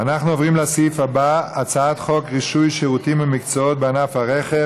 אנחנו עוברים לסעיף הבא: הצעת חוק רישוי שירותים ומקצועות בענף הרכב,